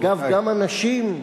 אדוני השר.